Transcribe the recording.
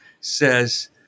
says